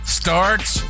starts